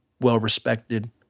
well-respected